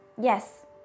Yes